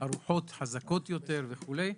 הרוחות חזקות יותר וכולי,